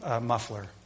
muffler